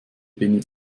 benny